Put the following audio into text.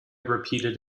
repeated